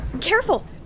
Careful